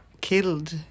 killed